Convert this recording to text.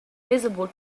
visible